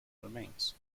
remains